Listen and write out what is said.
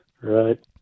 right